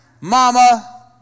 mama